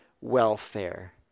welfare